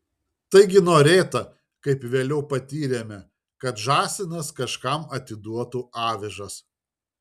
taigi norėta kaip vėliau patyrėme kad žąsinas kažkam atiduotų avižas